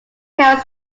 carry